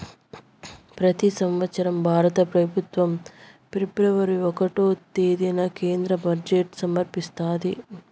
పెతి సంవత్సరం భారత పెబుత్వం ఫిబ్రవరి ఒకటో తేదీన కేంద్ర బడ్జెట్ సమర్పిస్తాది